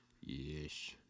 Yes